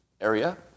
area